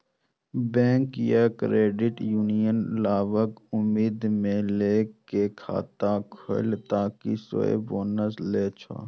bank या credit union लाभक उम्मीद मे लोग कें खाता खोलै खातिर सेहो बोनस दै छै